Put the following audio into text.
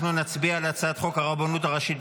אנחנו נצביע על הצעת חוק הרבנות הראשית